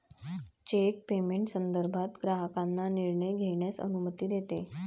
check payment संदर्भात ग्राहकांना निर्णय घेण्यास अनुमती देते